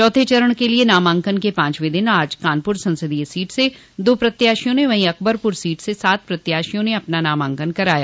चौथे चरण के लिये नामांकन के पांचवें दिन आज कानपुर संसदीय सीट से दो प्रत्याशियों ने वहीं अकबरपुर सीट से सात प्रत्याशियों ने अपना नामांकन कराया